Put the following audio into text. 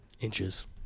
Inches